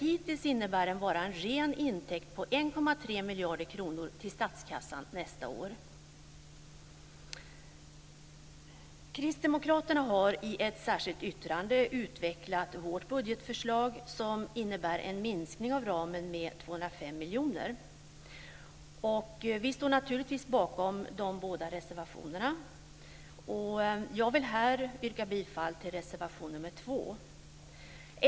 Hittills innebär den bara en ren intäkt på 1,3 miljarder kronor till statskassan nästa år. Kristdemokraterna har i ett särskilt yttrande utvecklat vårt budgetförslag, som innebär en minskning av ramen med 205 miljoner. Jag vill här yrka bifall till reservation nr 2.